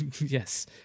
yes